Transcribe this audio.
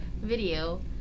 video